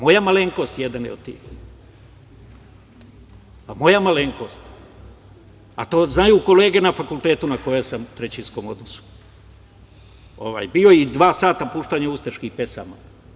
Moja malenkost jedna je od tih, a to znaju kolege na fakultetu na kojem sam u trećinskom odnosu bio i dva sata puštanja ustaških pesama.